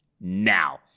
now